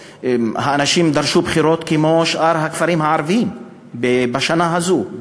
האנשים דרשו בחירות כמו בשאר הכפרים הערביים בשנה הזו,